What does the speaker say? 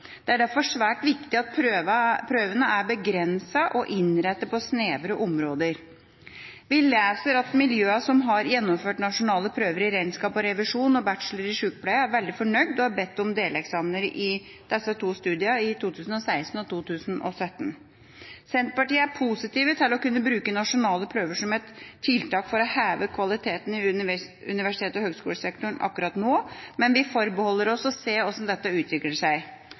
Det er derfor svært viktig at prøvene er begrensede og innrettet på snevre områder. Vi leser at miljøene som har gjennomført nasjonale prøver i regnskap og revisjon og bachelor i sykepleie, er veldig fornøyd og har bedt om deleksamener i disse to studiene i 2016 og 2017. Senterpartiet er positiv til å kunne bruke nasjonale prøver som et tiltak for å heve kvaliteten i universitet- og høgskolesektoren akkurat nå, men vi forbeholder oss retten til å se hvordan dette utvikler seg.